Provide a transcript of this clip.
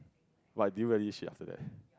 but do you really shit after that